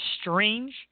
Strange